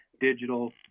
digital